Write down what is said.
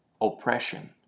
oppression